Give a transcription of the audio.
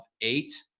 eight